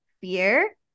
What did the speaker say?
fear